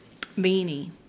Beanie